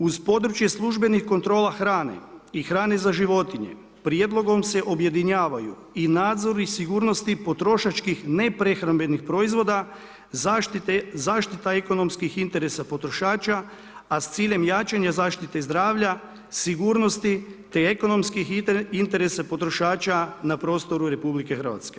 Uz područje službenih kontrola hrane i hrane za životinje prijedlogom se objedinjavaju i nadzori sigurnosti potrošačkih neprehrambenih proizvoda zaštita ekonomskih interesa potrošača a s ciljem jačanja zaštite zdravlja, sigurnosti te ekonomskih interesa potrošača na prostoru RH.